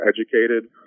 educated